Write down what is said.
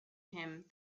him